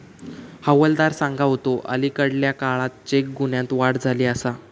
हवालदार सांगा होतो, अलीकडल्या काळात चेक गुन्ह्यांत वाढ झाली आसा